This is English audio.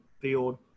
field